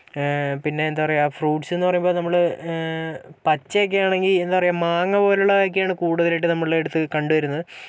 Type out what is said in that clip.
പിന്നെ എന്താ പറയുക ഫ്രൂട്ട്സ് എന്നു പറയുമ്പോൾ നമ്മള് പച്ചയൊക്കെയാണെങ്കിൽ എന്താ പറയുക മാങ്ങ പോലുള്ളതൊക്കെയാണ് കൂടുതലായിട്ടും നമ്മളടുത്ത് കണ്ടുവരുന്നത്